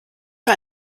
für